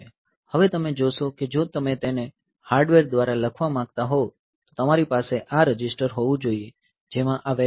હવે તમે જોશો કે જો તમે તેને હાર્ડવેર દ્વારા લખવા માંગતા હોવ તો તમારી પાસે આ રજિસ્ટર હોવું જોઈએ જેમાં આ વેલ્યુ હશે